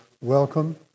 welcome